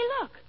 look